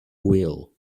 wheel